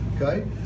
Okay